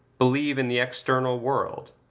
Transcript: believe in the external world.